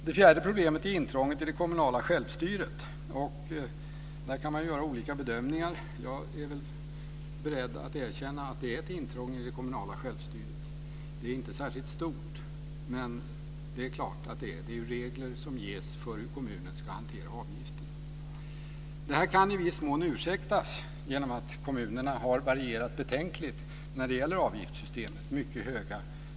Det fjärde problemet är intrånget i det kommunala självstyret. Där kan man göra olika bedömningar. Jag är beredd att erkänna att det är ett intrång i det kommunala självstyret. Det är inte särskilt stort. Det är regler som ges för hur kommunen ska hantera avgifterna. Det kan i viss mån ursäktas genom att kommunerna har varierat betänkligt när det gäller avgiftssystemen.